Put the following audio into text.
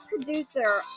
producer